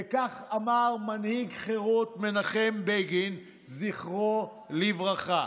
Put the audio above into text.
וכך אמר מנהיג חרות מנחם בגין, זכרו לברכה: